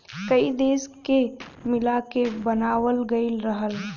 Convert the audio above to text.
कई देश के मिला के बनावाल गएल रहल